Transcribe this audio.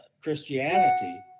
Christianity